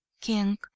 king